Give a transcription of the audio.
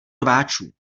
rváčů